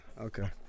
Okay